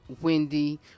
Wendy